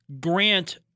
Grant